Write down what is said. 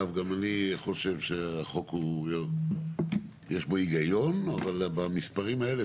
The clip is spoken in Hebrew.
גם אני חושב שלחוק יש היגיון אבל לא במספרים האלה,